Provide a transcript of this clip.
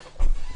וכו'.